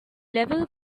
level